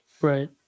Right